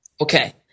Okay